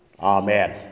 amen